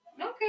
Okay